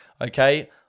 Okay